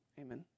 Amen